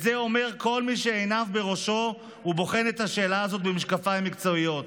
את זה אומר כל מי שעיניו בראשו ובוחן את השאלה הזאת במשקפיים מקצועיים.